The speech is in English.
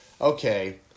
Okay